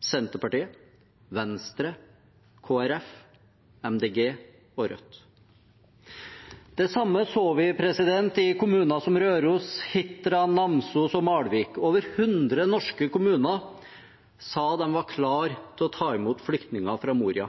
Senterpartiet, Venstre, Kristelig Folkeparti, Miljøpartiet De Grønne og Rødt. Det samme så vi i kommuner som Røros, Hitra, Namsos og Malvik. Over hundre norske kommuner sa de var klare til å ta imot flyktninger fra Moria.